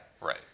right